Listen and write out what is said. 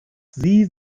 sie